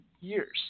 years